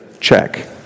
Check